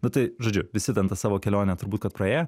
nu tai žodžiu visi ten tą savo kelionę turbūt kad praėjo